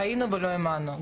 ראינו ולא האמנו.